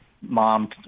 mom